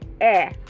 air